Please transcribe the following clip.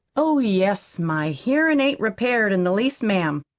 oh, yes, my hearin' ain't repaired in the least, ma'am.